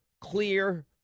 clear